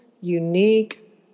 unique